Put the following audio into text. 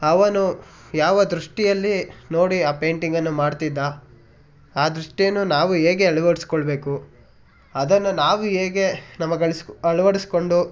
ಅವನು ಯಾವ ದೃಷ್ಟಿಯಲ್ಲಿ ನೋಡಿ ಆ ಪೈಂಟಿಗನ್ನು ಮಾಡ್ತಿದ್ದ ಆ ದೃಷ್ಟಿಯನ್ನು ನಾವು ಹೇಗೆ ಅಳ್ವಡಿಸ್ಕೊಳ್ಬೇಕು ಅದನ್ನು ನಾವು ಹೇಗೆ ನಮಗೆ ಅಳವಡಿಸ್ಕೊಂಡು